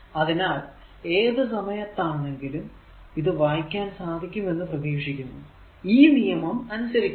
അതിനാൽ ഏത് സമയത്താണെങ്കിലും ഇത് വായിക്കാൻ സാധിക്കും എന്ന് പ്രതീക്ഷിക്കുന്നു ഈ നിയമം അനുസരിക്കണം